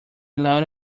loud